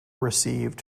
received